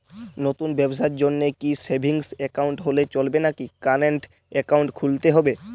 নতুন ব্যবসার জন্যে কি সেভিংস একাউন্ট হলে চলবে নাকি কারেন্ট একাউন্ট খুলতে হবে?